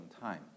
time